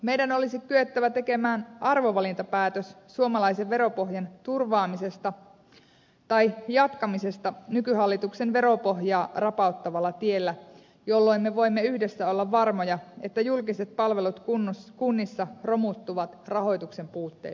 meidän olisi kyettävä tekemään arvovalintapäätös suomalaisen veropohjan turvaamisesta tai jatkamisesta nykyhallituksen veropohjaa rapauttavalla tiellä jolloin me voimme yhdessä olla varmoja että julkiset palvelut kunnissa romuttuvat rahoituksen puutteeseen